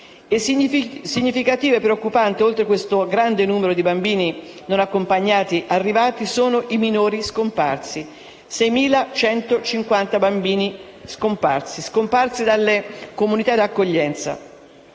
Significativo e preoccupante, oltre a questo grande numero di bambini non accompagnati, è il dato relativo ai minori scomparsi: 6.150 bambini scomparsi dalle comunità di accoglienza.